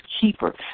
keeper